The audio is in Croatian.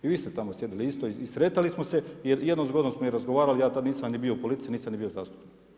I vi ste tamo sjedili isto i sretali smo se i jednom zgodom smo i razgovarali ja tad nisam bio u politici nisam ni bio zastupnik.